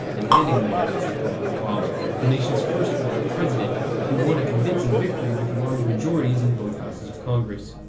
and handing the white house to barack obama the nation's first black president who won a convincing victory with large majorities in both houses of congress.